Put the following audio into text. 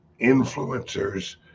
influencers